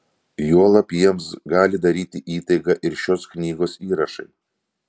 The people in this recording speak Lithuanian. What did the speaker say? juolab jiems gali daryti įtaigą ir šios knygos įrašai